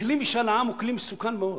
כלי משאל העם הוא כלי מסוכן מאוד,